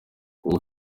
kuba